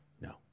No